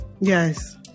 Yes